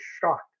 shocked